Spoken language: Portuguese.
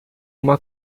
uma